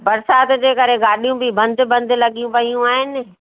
बरिसात जे करे गाॾियूं बि बंदि बंदि लॻी पइयूं आहिनि